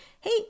hey